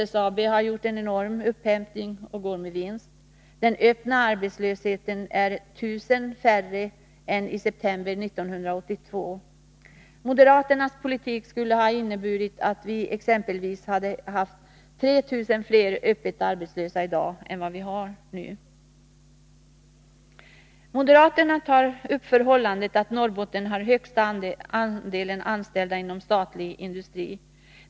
SSAB har gjort en enorm upphämtning och går med vinst. Den öppna arbetslösheten är 1000 personer färre än i september 1982. Moderaternas politik skulle ha inneburit att vi exempelvis hade haft 3 000 fler öppet arbetslösa i dag än vad vi har. Moderaterna tar upp det förhållandet att Norrbotten har den högsta andelen anställda inom statlig industri.